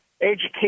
education